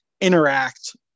interact